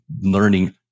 learning